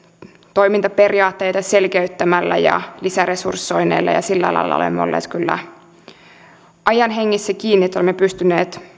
toimintaperiaatteita selkeyttämällä ja lisäresursoinneilla ja sillä lailla olemme olleet kyllä ajan hengessä kiinni että olemme pystyneet